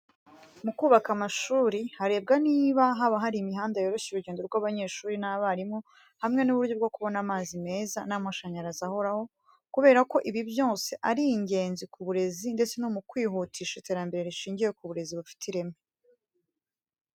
Mu kubaka amashuri, harebwa niba haba hari imihanda yoroshya urugendo rw'abanyeshuri n'abarimu hamwe n'uburyo bwo kubona amazi meza n'amashanyarazi ahoraho, kubera ko ibi byose ari ingenzi ku burezi ndetse no mu kwihutisha iterambere rishingiye ku burezi bufite ireme.